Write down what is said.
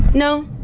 no.